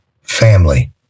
family